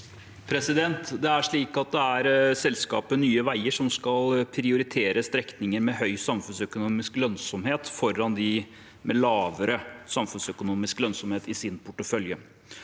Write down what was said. Det er selska- pet Nye veier som skal prioritere strekninger med høy samfunnsøkonomisk lønnsomhet foran de med lavere samfunnsøkonomisk lønnsomhet i sin portefølje.